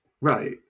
right